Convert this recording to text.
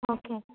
okay